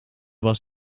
was